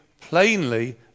plainly